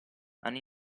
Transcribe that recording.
hanno